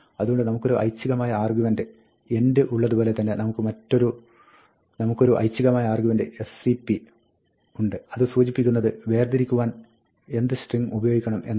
അതുകൊണ്ട് നമുക്കൊരു ഐച്ഛികമായ ആർഗ്യുമെന്റ് end ഉള്ളതു പോലെ തന്നെ നമുക്കൊരു ഐച്ഛികമായ ആർഗ്യുമെന്റ് sep ഉണ്ട് അത് സൂചിപ്പിക്കുന്നത് വേർതിരിക്കുവാൻ എന്ത് സ്ട്രിംഗ് ഉപയോഗിക്കണം എന്നാണ്